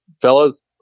fellas